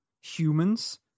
humans